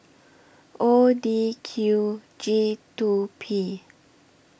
O D Q G two P